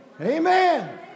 Amen